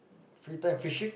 free time fishing